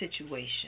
situation